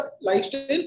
lifestyle